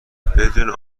بدون